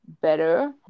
better